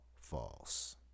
false